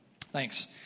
Thanks